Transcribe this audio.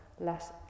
las